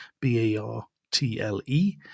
B-A-R-T-L-E